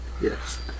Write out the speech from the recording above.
Yes